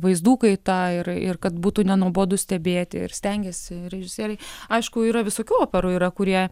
vaizdų kaita ir ir kad būtų nenuobodu stebėti ir stengiasi režisieriai aišku yra visokių operų yra kurie